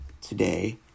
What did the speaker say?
today